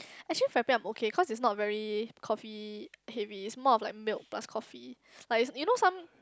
actually frappe I'm okay cause it's not very coffee heavy it's more of like milk plus coffee like you you know some